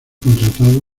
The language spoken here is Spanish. contratado